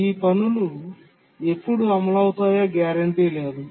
ఈ పనులు ఎప్పుడు అమలు అవుతాయో గ్యారెంటీ లేదు